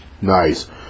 Nice